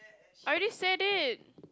already said it